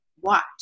watch